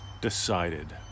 decided